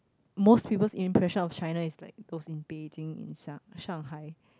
most people's impression of China is like those in Beijing or in sang~ Shanghai